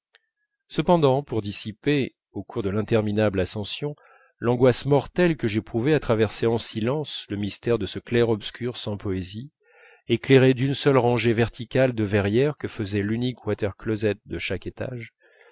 cependant pour dissiper au cours de l'interminable ascension l'angoisse mortelle que j'éprouvais à traverser en silence le mystère de ce clair-obscur sans poésie éclairé d'une seule rangée verticale de verrières que faisait l'unique water closet de chaque étage